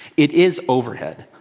it is overhead,